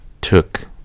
took